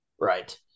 Right